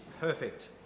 perfect